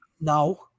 No